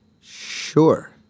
Sure